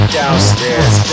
downstairs